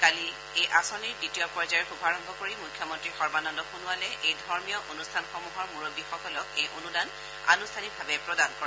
কালি এই আঁচনিৰ দ্বিতীয় পৰ্যায়ৰ শুভাৰম্ভ কৰি মুখ্যমন্ত্ৰী সৰ্বানন্দ সোণোৱালে এই ধৰ্মীয় অনুষ্ঠানসমূহৰ মূৰববীসকলক এই অনুদান আনুষ্ঠানিকভাৱে প্ৰদান কৰে